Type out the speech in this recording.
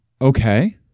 Okay